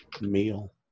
meal